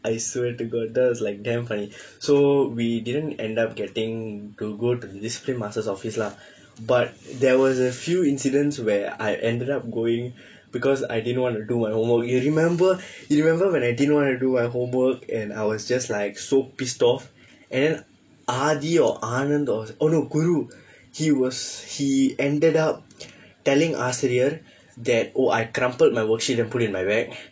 I swear to god that was like damn funny so we didn't end up getting to go to discipline master's office lah but there was a few incidents where I ended up going because I didn't want to do my homework you remember you remember when I didn't want to do my homework and I was just like so pissed off and then aadi or anand or oh no guru he was he ended up telling ஆசிரியர்:aasiriyar that oh I crumpled my worksheet and put in my bag